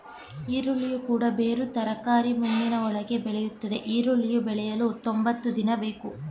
ಈರುಳ್ಳಿಯು ಕೂಡ ಬೇರು ತರಕಾರಿ ಮಣ್ಣಿನ ಒಳಗೆ ಬೆಳೆಯುತ್ತದೆ ಈರುಳ್ಳಿ ಬೆಳೆಯಲು ತೊಂಬತ್ತು ದಿನ ಬೇಕು